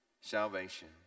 salvation